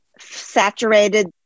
saturated